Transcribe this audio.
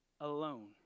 alone